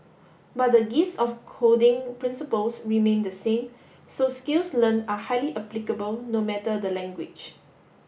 but the gist of coding principles remained the same so skills learnt are highly applicable no matter the language